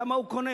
כמה הוא קונה?